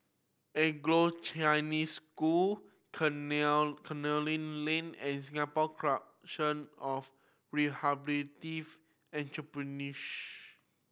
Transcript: Anglo Chinese School Canning Lane and Singapore Corporation of